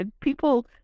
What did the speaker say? people